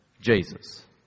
Jesus